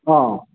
औ